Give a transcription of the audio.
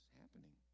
happening